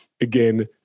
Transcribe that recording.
again